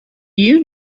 you